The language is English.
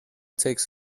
takes